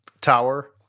tower